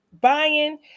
buying